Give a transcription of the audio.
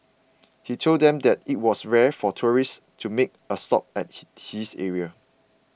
he told them that it was rare for tourists to make a stop at this this area